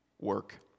Work